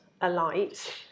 alight